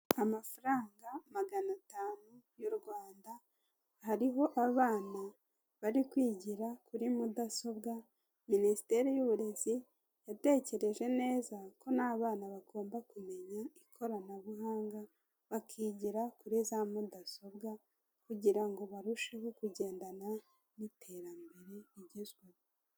Amafaranga magana atanu y'u Rwanda, hariho abana bari kwigira kuri mudasobwa, Minisiteri y'uburezi yatekereje neza ko n'abana bagomba kumenya ikoranabuhanga bakigira kuri za mudasobwa kugira ngo barusheho kugendana n'iterambere rigezweho.